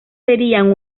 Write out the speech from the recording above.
serían